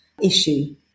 issue